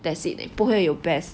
that's it eh 不会有 best